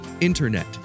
INTERNET